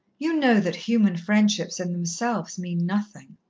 you know that human friendships in themselves mean nothing.